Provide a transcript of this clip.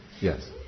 Yes